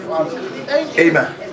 Amen